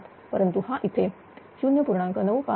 95137 परंतु इथे हा 0